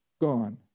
gone